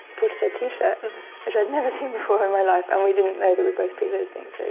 portishead t-shirt which i'd never seen before in my life. and we didn't know that we both picked those things.